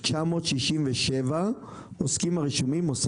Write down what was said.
389,967 עוסקים הרשומים עוסק פטור.